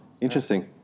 interesting